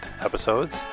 episodes